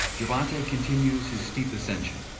gervonta continues his steep ascension,